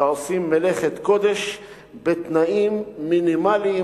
שעושים מלאכת קודש בתנאים מינימליים